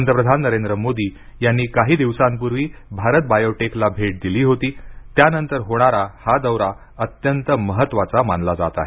पंतप्रधान नरेंद्र मोदी यांनी काही दिवसांपूर्वी भारत बायोटेकला भेट दिली होती त्यानंतर होणारा हा दौरा अत्यंत महत्त्वाचा मानला जात आहे